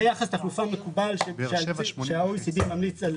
זה יחס תחלופה מקובל שה-OECD ממליץ על